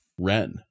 Ren